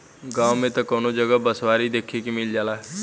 गांव में त कवनो जगह बँसवारी देखे के मिल जाला